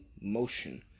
motion